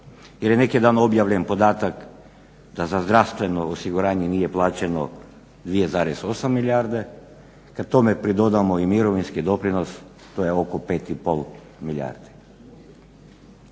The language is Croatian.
Jer je neki dan objavljen podatak da za zdravstveno osiguranje nije plaćeno 2,8 milijarde, kada tome pridodamo i mirovinski doprinos to je oko 5,5 milijardi.